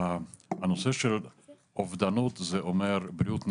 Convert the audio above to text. הנושא של אובדנות זה אומר בריאות נפש,